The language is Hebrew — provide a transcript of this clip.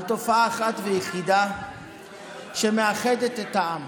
על תופעה אחת ויחידה שמאחדת את העם.